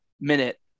minute